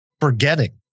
forgetting